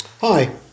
Hi